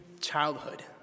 childhood